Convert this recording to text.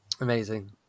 amazing